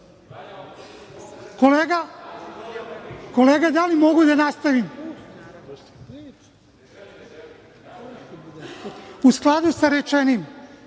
želi.)Kolega, da li mogu da nastavim?U skladu sa rečenim,